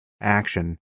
action